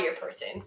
person